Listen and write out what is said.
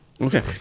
Okay